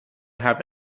have